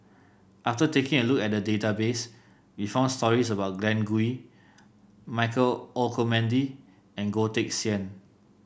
after taking a look at the database we found stories about Glen Goei Michael Olcomendy and Goh Teck Sian